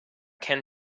can